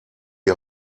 die